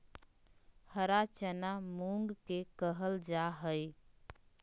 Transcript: हरा चना मूंग के कहल जा हई